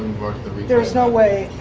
there's no way.